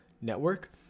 network